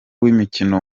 w’imikino